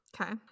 Okay